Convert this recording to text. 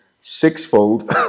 Sixfold